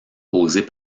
causés